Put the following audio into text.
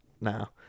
now